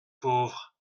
pauvre